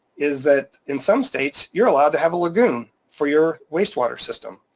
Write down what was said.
is that in some states, you're allowed to have a lagoon for your waste water system.